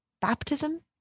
baptism